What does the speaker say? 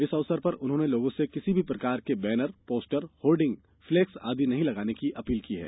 इस अवसर पर उन्होंने लोगों से किसी भी प्रकार के बैनर पोस्टर होर्डिंग्स फ्लेक्स आदि नहीं लगाने की अपील की है